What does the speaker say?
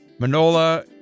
Manola